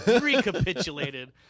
Recapitulated